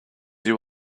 you